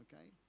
okay